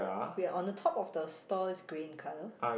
we are on the top of the store's green colour